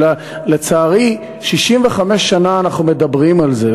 אבל לצערי 65 שנים אנחנו מדברים על זה,